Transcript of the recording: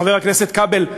חבר הכנסת כבל,